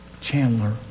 Chandler